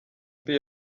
mbi